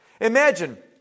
Imagine